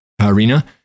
arena